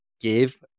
give